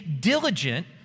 diligent